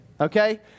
Okay